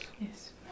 Yes